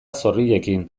zorriekin